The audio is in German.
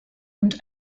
und